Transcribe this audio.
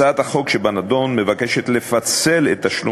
הצעת החוק שבנדון מבקשת לפצל את תשלום